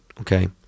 okay